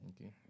okay